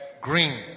green